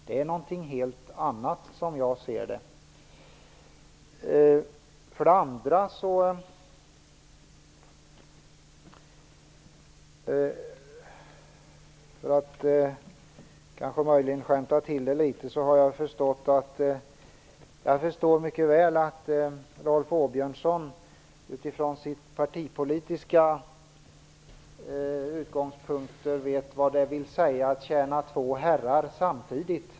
Det är någonting helt annat, som jag ser det. Jag förstår mycket väl att Rolf Åbjörnsson utifrån sina partipolitiska utgångspunkter vet vad det vill säga att tjäna två herrar samtidigt.